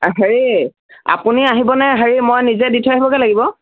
অঁ হেৰি আপুনি আহিবনে হেৰি মই নিজে দি থৈ আহিবগৈ লাগিব